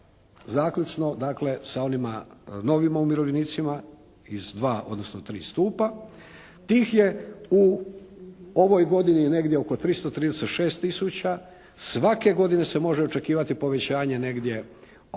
sa onima novima umirovljenicima iz dva odnosno tri stupa. Tih je u ovoj godini negdje oko 336 tisuća. Svake godine se može očekivati povećanje negdje oko